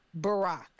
Barack